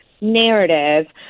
narrative